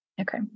Okay